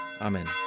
Amen